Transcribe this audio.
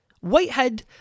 Whitehead